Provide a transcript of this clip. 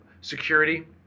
security